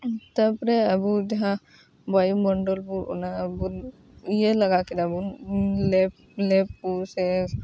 ᱛᱟᱯᱚᱨᱮ ᱟᱹᱵᱚ ᱡᱟᱦᱟᱸ ᱵᱟᱭᱩᱢᱚᱱᱰᱚᱞ ᱵᱚ ᱚᱱᱟ ᱟᱵᱚ ᱤᱭᱟᱹ ᱞᱮᱜᱟ ᱠᱮᱫᱟ ᱵᱚᱱ ᱞᱮᱵ ᱞᱮᱵ ᱠᱚ ᱥᱮ